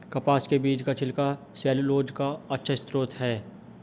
कपास के बीज का छिलका सैलूलोज का अच्छा स्रोत है